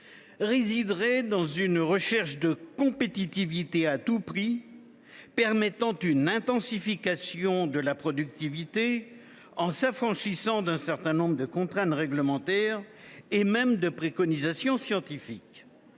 résiderait dans une recherche de compétitivité à tout prix, permettant une intensification de la productivité en s’affranchissant d’un certain nombre de contraintes réglementaires et même de préconisations scientifiques.